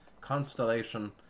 constellation